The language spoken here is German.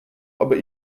aber